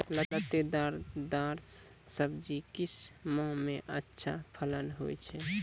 लतेदार दार सब्जी किस माह मे अच्छा फलन होय छै?